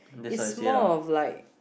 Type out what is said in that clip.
is more of like